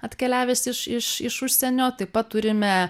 atkeliavęs iš iš iš užsienio taip pat turime